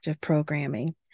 programming